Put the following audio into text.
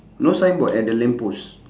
no signboard at the lamp post